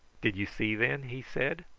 did you see, then? he said.